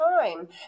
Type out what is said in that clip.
time